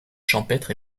champêtre